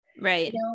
right